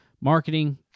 marketing